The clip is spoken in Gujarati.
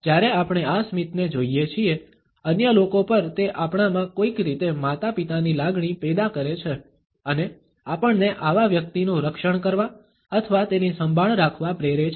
જ્યારે આપણે આ સ્મિતને જોઈએ છીએ અન્ય લોકો પર તે આપણામાં કોઈક રીતે માતાપિતાની લાગણી પેદા કરે છે અને આપણને આવા વ્યક્તિનું રક્ષણ કરવા અથવા તેની સંભાળ રાખવા પ્રેરે છે